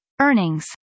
Earnings